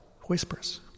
whispers